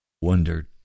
wondered